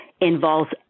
involves